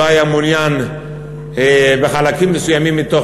הוא לא היה מעוניין בחלקים מסוימים מתוך